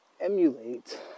emulate